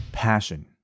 passion